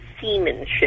seamanship